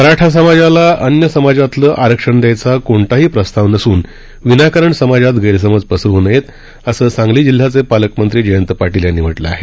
मराठा समाजाला अन्य समाजातलं आरक्षण द्यायचा कोणताही प्रस्ताव नसून विनाकारण समाजात गैरसमज पसरवू नये असं सांगली जिल्ह्याचे पालकमंत्री जयंत पाटील यांनी म्हटलं आहे